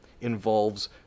involves